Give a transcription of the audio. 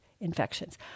infections